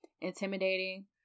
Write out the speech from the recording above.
intimidating